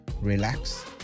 relax